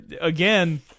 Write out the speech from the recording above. again